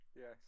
yes